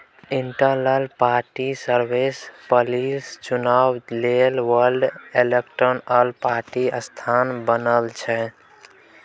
intellectual property service, policy सुचना लेल world intellectual property संस्था बनल छै